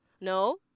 No